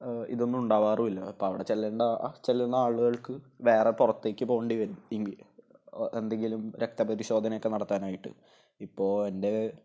ഇതൊന്നുമുണ്ടാവാറുമില്ല അപ്പോള് അവിടെ ചെല്ലണ്ട ചെല്ലുന്ന ആളുകൾക്ക് വേറെ പുറത്തേക്ക് പോകേണ്ടിവരും എന്തെങ്കിലും രക്ത പരിശോധനയക്കെ നടത്താനായിട്ട് ഇപ്പോള് എൻ്റെ